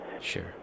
Sure